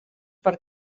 per